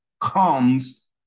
comes